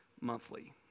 monthly